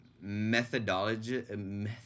methodology